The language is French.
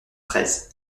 treize